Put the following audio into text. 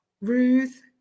Ruth